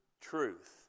truth